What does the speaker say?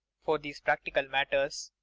for these practical matters.